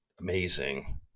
amazing